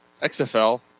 XFL